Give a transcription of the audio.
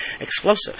explosive